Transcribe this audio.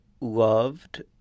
loved